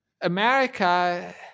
America